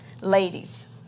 Ladies